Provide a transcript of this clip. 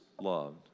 loved